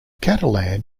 catalan